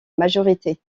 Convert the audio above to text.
majorité